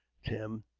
tim.